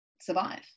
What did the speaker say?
Survive